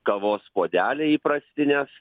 kavos puodeliai įprastinės